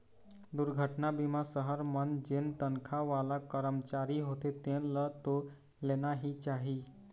दुरघटना बीमा सहर मन जेन तनखा वाला करमचारी होथे तेन ल तो लेना ही चाही